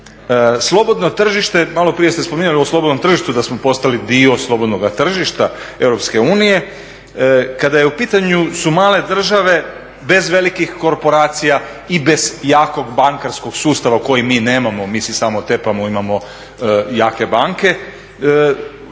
slobodno tržište, malo prije ste spominjali o slobodnom tržištu da smo postali dio slobodnoga tržišta Europske unije. Kada su u pitanju male države bez velikih korporacija i bez jakog bankarskog sustava koji mi nemamo, mi si samo tepamo imamo jake banke.